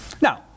now